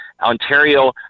Ontario